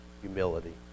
humility